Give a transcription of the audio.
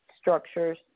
structures